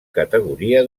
categoria